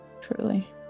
truly